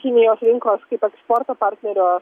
kinijos rinkos kaip eksporto partnerio